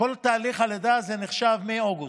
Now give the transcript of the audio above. כל תהליך הלידה נחשב מאוגוסט,